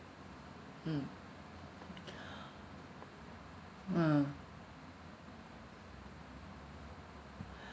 mm a'ah